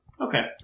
Okay